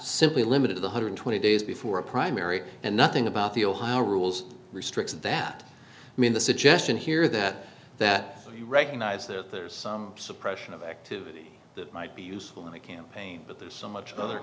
simply limited one hundred twenty days before a primary and nothing about the ohio rules restricts that i mean the suggestion here that that you recognize that there is some suppression of activity that might be useful in the campaign but there's so much other